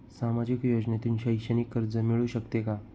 सामाजिक योजनेतून शैक्षणिक कर्ज मिळू शकते का?